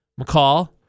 McCall